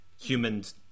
humans